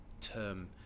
term